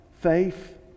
faith